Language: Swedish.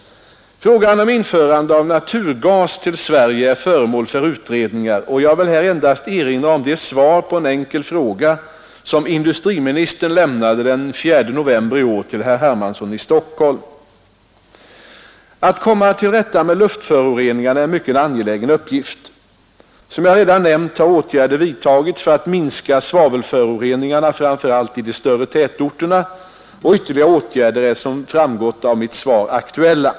Frågan om införande av naturgas till Sverige är föremål för utredningar, och jag vill här endast erinra om det svar på en enkel fråga som industriministern lämnade den 4 november i år till herr Hermansson i Stockholm. Att komma till rätta med luftföroreningarna är en mycket angelägen uppgift. Som jag redan nämnt har åtgärder vidtagits för att minska svavelföroreningarna framför allt i de större tätorterna, och ytterligare åtgärder är som framgått av mitt svar aktuella.